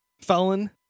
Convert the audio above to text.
Felon